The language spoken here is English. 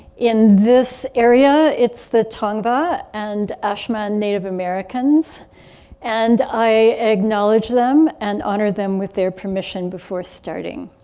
in this area it's the tongva and um ah and native americans and i acknowledge them and honor them with their permission before starting.